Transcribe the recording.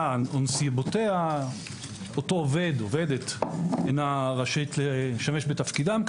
או נסיבותיה אותו עובד או עובדת אינם רשאים לשמש בתפקידם,